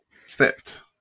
stepped